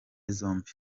zombi